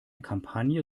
kampagne